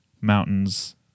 mountains